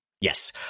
Yes